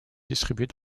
distribués